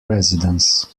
residence